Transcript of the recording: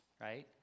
right